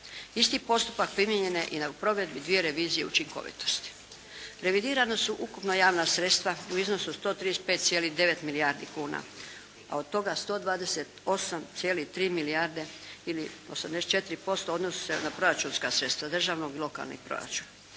Isti postupak primijenjen je i na provedbi dvije revizije učinkovitosti. Revidirana su ukupna javna sredstva u iznosu od 135,9 milijardi kuna. A od toga 128,3 milijarde ili 84% odnosi se na proračunska sredstva državnog i lokalnih proračuna.